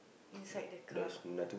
inside the car